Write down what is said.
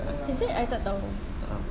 is it I tak tahu